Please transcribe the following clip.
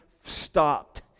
stopped